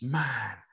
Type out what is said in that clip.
man